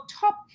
top